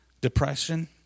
Depression